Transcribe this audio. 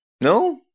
No